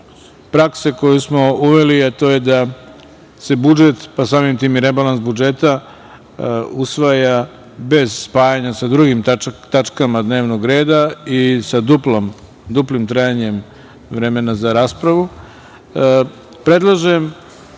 prakse koju smo uveli, a to je da se budžet, pa samim tim i rebalans budžeta usvaja bez spajanja sa drugim tačkama dnevnog reda i sa duplim trajanjem vremena za raspravu. Predlažem